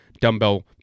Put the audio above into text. dumbbell